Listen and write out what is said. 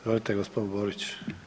Izvolite g. Borić.